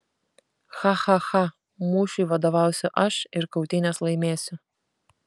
cha cha cha mūšiui vadovausiu aš ir kautynes laimėsiu